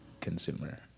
consumer